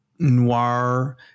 noir